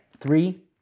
three